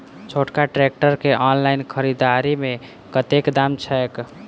छोटका ट्रैक्टर केँ ऑनलाइन खरीददारी मे कतेक दाम छैक?